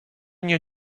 nie